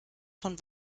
von